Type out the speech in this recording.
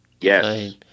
Yes